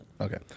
Okay